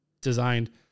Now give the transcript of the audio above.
designed